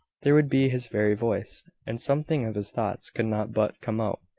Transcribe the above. there would be his very voice and something of his thoughts could not but come out.